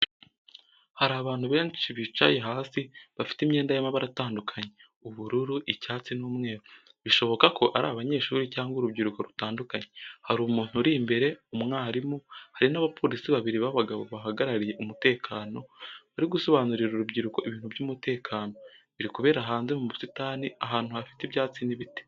Hari abantu benshi bicaye hasi, bafite imyenda y’amabara atandukanye: ubururu, icyatsi n'umweru, bishoboka ko ari abanyeshuri cyangwa urubyiruko rutandukanye. Hari umuntu uri imbere, umwarimu, hari n’abapolisi babiri b'abagabo bahagarariye umutekano, bari gusobanurira urubyiruko ibintu by’umutekano. Biri kubera hanze mu busitani, ahantu hafite ibyatsi n’ibiti.